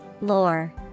Lore